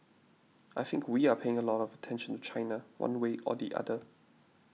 I think we are paying a lot of attention to China one way or the other